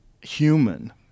human